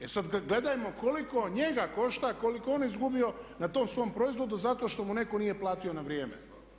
E sad gledajmo koliko njega košta, koliko je on izgubio na tom svom proizvodu zato što mu netko nije platio na vrijeme.